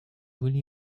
really